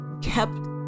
kept